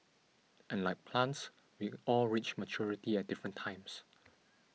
and like plants we all reach maturity at different times